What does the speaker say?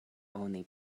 oni